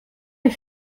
est